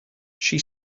she